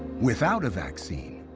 without a vaccine,